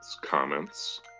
comments